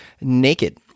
naked